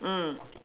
mm